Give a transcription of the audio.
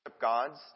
gods